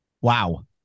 wow